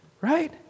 right